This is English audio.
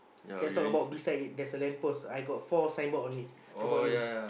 let's talk about it beside there's lamp post I got four signboard on it how about you